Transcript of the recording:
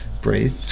breathe